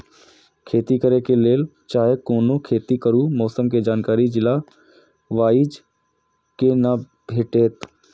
खेती करे के लेल चाहै कोनो खेती करू मौसम के जानकारी जिला वाईज के ना भेटेत?